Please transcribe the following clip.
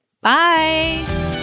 Bye